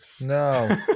No